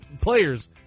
players